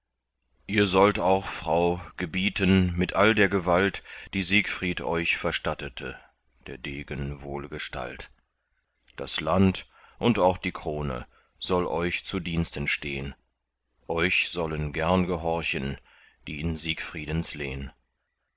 ihr sollt auch frau gebieten mit all der gewalt die siegfried euch verstattete der degen wohlgestalt das land und auch die krone soll euch zu diensten stehn euch sollen gern gehorchen die in siegfriedens lehn